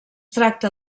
tracta